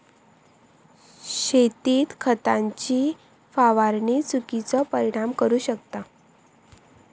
शेतीत खताची फवारणी चुकिचो परिणाम करू शकता